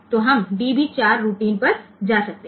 तो हम db 4 routine पर जा सकते हैं